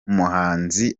umuhanzi